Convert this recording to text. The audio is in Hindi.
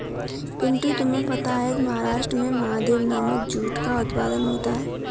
पिंटू तुम्हें पता है महाराष्ट्र में महादेव नामक जूट का उत्पादन होता है